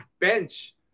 bench